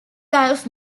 gulf